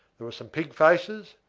there were some pig-faces,